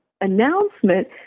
announcement